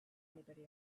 anybody